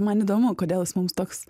man įdomu kodėl jis mums toks